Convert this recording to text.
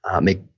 make